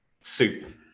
Soup